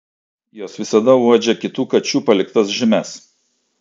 jos visada uodžia kitų kačių paliktas žymes